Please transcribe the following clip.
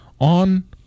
on